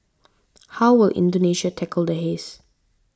how will Indonesia tackle the haze